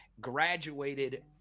graduated